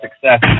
success